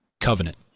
covenant